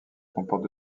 comporte